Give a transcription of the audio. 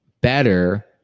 better